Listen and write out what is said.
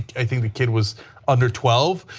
i think the kid was under twelve.